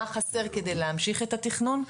מה חסר כדי להמשיך את התכנון,